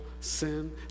sin